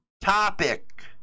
topic